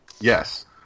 Yes